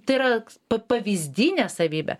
tai yra p pavyzdinė savybė